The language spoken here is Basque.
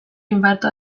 infarto